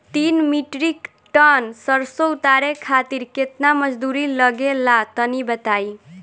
तीन metric tonne सरसो उतारे खातिर केतना मजदूरी लगे ला तनि बताई?